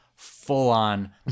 Full-on